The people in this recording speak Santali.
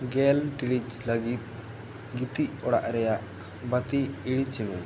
ᱜᱮᱞ ᱴᱤᱲᱤᱡ ᱞᱟᱹᱜᱤᱫ ᱜᱤᱛᱤᱡ ᱚᱲᱟᱜ ᱨᱮᱭᱟᱜ ᱵᱟᱹᱛᱤ ᱤᱲᱤᱡᱽ ᱢᱮ